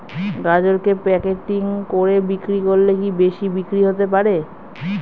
গাজরকে প্যাকেটিং করে বিক্রি করলে কি বেশি বিক্রি হতে পারে?